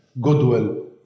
goodwill